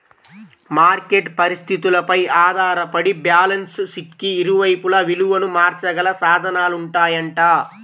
market పరిస్థితులపై ఆధారపడి balance షీట్కి ఇరువైపులా విలువను మార్చగల సాధనాలుంటాయంట